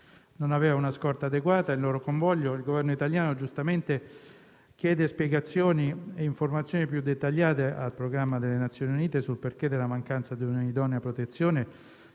Non aveva una scorta adeguata il loro convoglio e il Governo italiano giustamente chiede spiegazioni e informazioni più dettagliate al programma delle Nazioni Unite sul perché della mancanza di una idonea protezione,